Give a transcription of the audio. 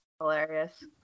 hilarious